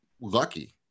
lucky